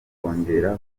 kongera